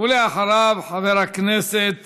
ואחריו, חבר הכנסת